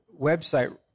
website